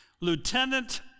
Lieutenant